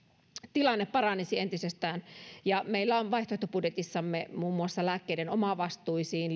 tilanne paranisi entisestään meillä on vaihtoehtobudjetissamme muun muassa lääkkeiden omavastuisiin